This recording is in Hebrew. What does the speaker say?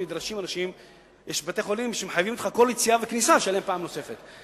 שיש בתי-חולים שמחייבים אותך כל יציאה וכניסה לשלם פעם נוספת,